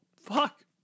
fuck